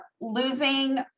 losing